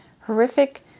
horrific